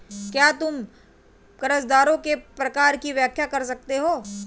क्या तुम कर्जदारों के प्रकार की व्याख्या कर सकते हो?